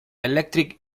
electric